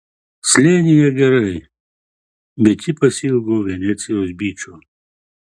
slėnyje gerai bet ji pasiilgo venecijos byčo